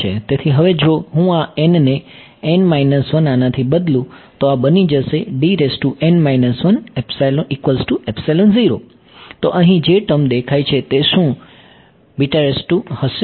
તેથી હવે જો હું આ ને આનાથી બદલુ તો આ બની જશે તો અહીં જે ટર્મ દેખાય છે તે શું હશે